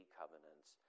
covenants